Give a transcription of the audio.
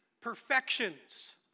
perfections